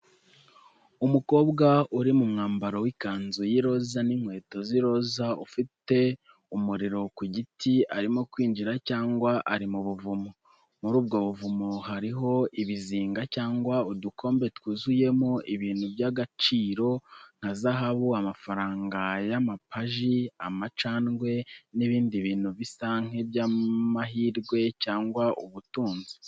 Umukobwa uri mu mwambaro w'ikanzu y'iroza n'inkweto z'iroza, ufite umuriro ku giti arimo kwinjira cyangwa ari mu buvumo. Muri ubwo buvumo hariho ibizinga cyangwa udukombe twuzuyemo ibintu by'agaciro nka zahabu, amafaranga y'amapaji amacandwe n'ibindi bintu bisa nk'iby'amahirwe cyangwa ubutunzi.